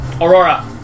Aurora